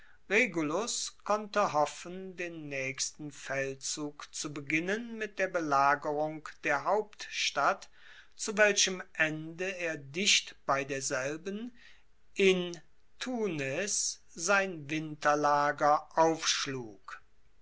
konnte hoffen den naechsten feldzug zu beginnen mit der belagerung der hauptstadt zu welchem ende er dicht bei derselben in tunes sein winterlager aufschlug